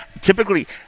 Typically